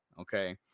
okay